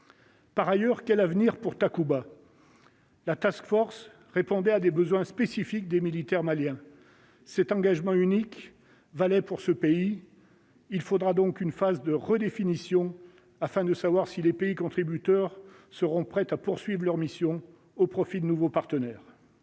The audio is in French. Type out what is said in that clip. Par ailleurs, quel avenir pour Takuba. La taskforce répondait à des besoins spécifiques des militaires maliens cet engagement unique valait pour ce pays, il faudra donc une phase de redéfinition afin de savoir si les pays contributeurs seront prêtes à poursuivent leur mission au profit de nouveaux partenaires.